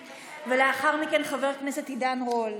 לאחר מכן, חבר הכנסת עידן רול.